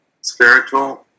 spiritual